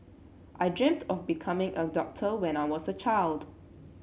I dreamt of becoming a doctor when I was a child